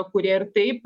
kurie ir taip